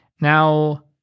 Now